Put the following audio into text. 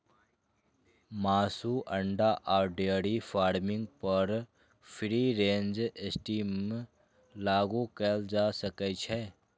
मासु, अंडा आ डेयरी फार्मिंग पर फ्री रेंज सिस्टम लागू कैल जा सकै छै